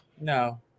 No